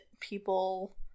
people